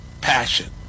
passion